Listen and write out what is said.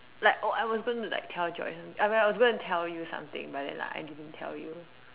like oh I was going to like to tell Joyce I mean I was going to tell you something but then I didn't tell you